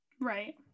Right